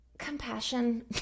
Compassion